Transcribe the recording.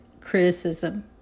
criticism